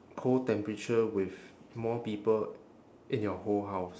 cold temperature with more people in your whole house